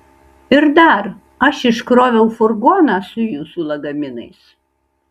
ir dar aš iškroviau furgoną su jūsų lagaminais